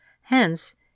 hence